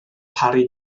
parry